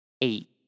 Eight